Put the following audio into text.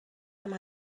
time